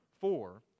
four